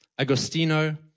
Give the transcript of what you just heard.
Agostino